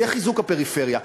זה חיזוק הפריפריה.